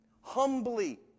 humbly